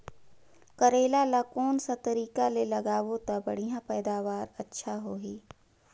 करेला ला कोन सा तरीका ले लगाबो ता बढ़िया पैदावार अच्छा होही?